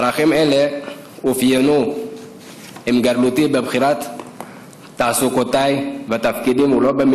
ערכים אלה אפיינו עם גדילתי את בחירת התעסוקה והתפקידים שלי.